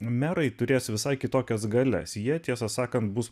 merai turės visai kitokias galias jie tiesą sakant bus